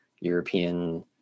European